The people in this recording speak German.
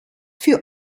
für